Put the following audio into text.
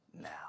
now